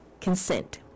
Consent